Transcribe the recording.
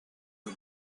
the